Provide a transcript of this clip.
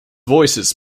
voices